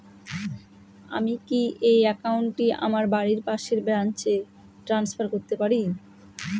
আমি কি এই একাউন্ট টি আমার বাড়ির পাশের ব্রাঞ্চে ট্রান্সফার করতে পারি?